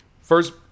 First